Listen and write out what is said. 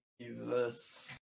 jesus